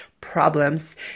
problems